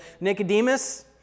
Nicodemus